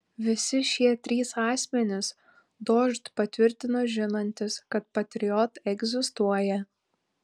visi šie trys asmenys dožd patvirtino žinantys kad patriot egzistuoja